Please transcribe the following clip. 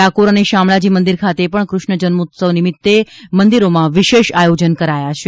ડાકોર અને શામળાજી મંદિર ખાતે પણ કૃષ્ણ જન્મોત્સવ નિમિત્તે મંદિરોમાં વિશેષ આયોજન કરાયા છે